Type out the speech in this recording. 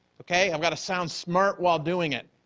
okay? i've got to sound smart while doing it.